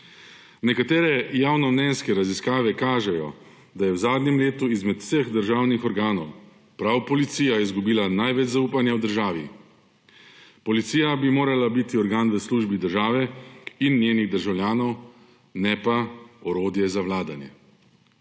Nekatere javnomnenjske raziskave kažejo, da je v zadnjem letu izmed vseh državnih organov prav Policija izgubila največ zaupanja v državi. Policija bi morala biti organ v službi države in njenih državljanov, ne pa orodje za vladanje.